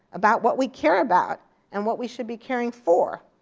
about. what we care about and what we should be caring for,